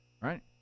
right